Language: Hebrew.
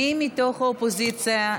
מי מתוך האופוזיציה?